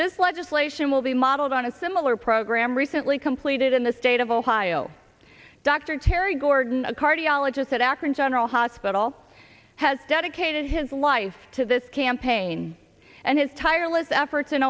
this legislation will be modeled on a similar program recently completed in the state of ohio dr terry gordon a cardiologist at akron general hospital has dedicated his life to this campaign and his tireless efforts in